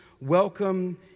Welcome